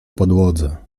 podłodze